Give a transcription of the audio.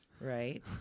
Right